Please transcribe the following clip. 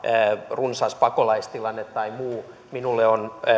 runsas pakolaistilanne tai muu minulle on